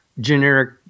generic